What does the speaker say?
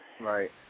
Right